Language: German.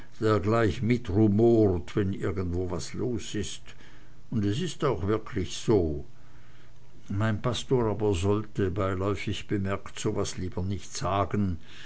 gleich mitrumort wenn irgendwo was los ist und es ist auch wirklich so mein pastor aber sollte beiläufig bemerkt so was lieber nicht sagen